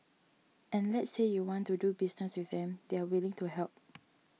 and let's say you want to do business with them they're willing to help